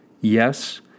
Yes